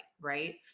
right